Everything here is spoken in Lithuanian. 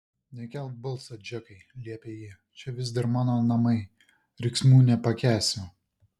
nekelk balso džekai liepė ji čia vis dar mano namai riksmų nepakęsiu